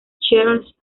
charles